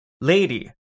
lady